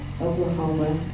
Oklahoma